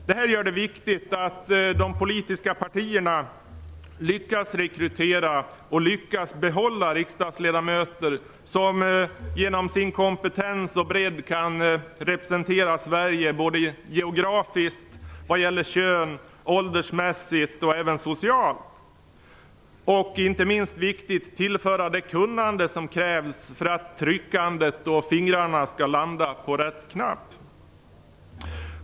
Därför är det viktigt att de politiska partierna lyckas rekrytera och behålla riksdagsledamöter som genom sin kompetens och bredd kan representera Sverige geografiskt, köns och åldersmässigt och även socialt. Inte minst viktigt är att de tillför det kunnande som krävs för att tryckandet skall bli riktigt och fingrarna skall landa på rätt knapp.